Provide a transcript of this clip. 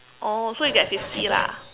oh so you get fifty lah